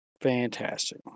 Fantastic